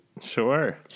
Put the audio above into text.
Sure